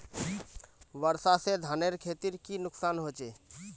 वर्षा से धानेर खेतीर की नुकसान होचे?